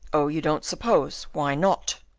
oh, you don't suppose! why not?